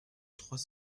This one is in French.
trois